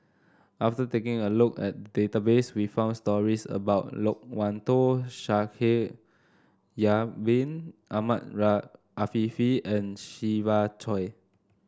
after taking a look at the database we found stories about Loke Wan Tho Shaikh Yahya Bin Ahmed Afifi and Siva Choy